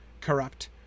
corrupt